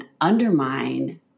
undermine